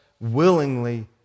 willingly